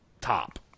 top